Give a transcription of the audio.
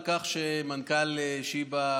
על כך שמנכ"ל שיבא,